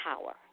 power